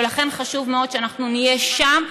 ולכן חשוב מאוד שאנחנו נהיה שם,